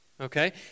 okay